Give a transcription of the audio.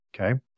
Okay